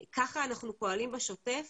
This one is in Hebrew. ככה אנחנו פועלים בשוטף.